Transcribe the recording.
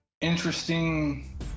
interesting